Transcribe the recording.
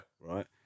Right